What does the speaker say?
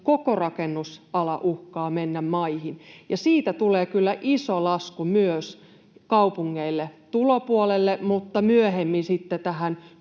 koko rakennusala uhkaa mennä maihin. Ja siitä tulee kyllä iso lasku myös kaupungeille tulopuolelle mutta myöhemmin sitten tähän